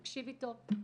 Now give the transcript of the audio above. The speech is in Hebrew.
תקשיבי טוב,